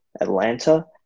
Atlanta